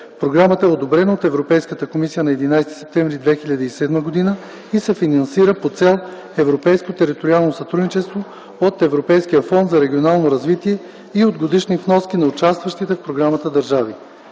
Програмата е одобрена от Европейската комисия на 11 септември 2007 г. и се финансира по Цел „Европейско териториално сътрудничество” от Европейския фонд за регионално развитие и от годишни вноски на участващите в програмата държави.